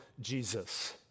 Jesus